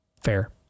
Fair